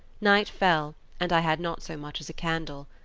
night fell, and i had not so much as a candle.